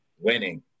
winning